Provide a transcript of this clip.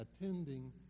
attending